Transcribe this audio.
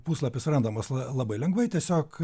puslapis randamas la labai lengvai tiesiog